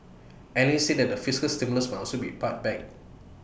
analysts say the fiscal stimulus might also be pared back